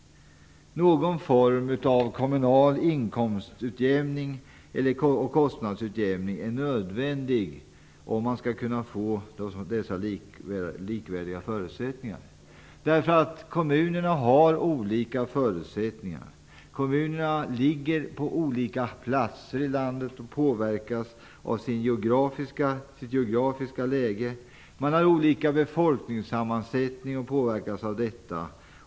Någon form av kommunal inkomstutjämning och kostnadsutjämning är nödvändig om man skall kunna få dessa likvärdiga förutsättningar. Kommunerna har olika förutsättningar. De ligger på olika platser i landet och påverkas av sitt geografiska läge. De har olika befolkningssammansättning och påverkas av detta.